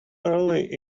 early